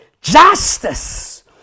justice